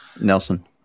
Nelson